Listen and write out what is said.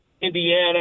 Indiana